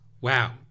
wow